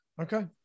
okay